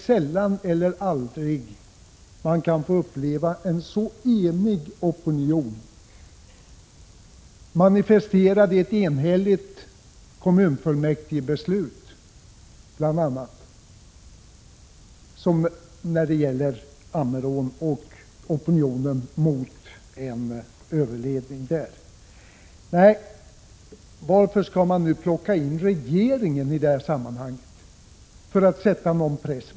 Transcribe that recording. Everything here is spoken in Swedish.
Sällan eller aldrig får man uppleva en så enig opinion, manifesterad bl.a. i ett enhälligt kommunfullmäktigebeslut, som när det gäller Ammerån och opinionen mot en överledning där. Nej, varför skall man plocka in regeringen för att utöva press i detta sammanhang?